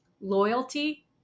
loyalty